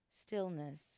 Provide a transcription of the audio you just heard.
stillness